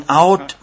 out